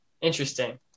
Interesting